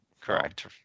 Correct